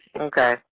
Okay